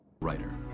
Writer